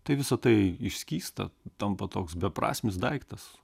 tai visa tai išskysta tampa toks beprasmis daiktas